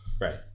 right